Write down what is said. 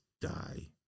die